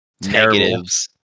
negatives